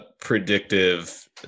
predictive